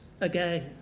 again